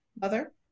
mother